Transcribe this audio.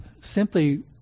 simply